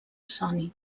sony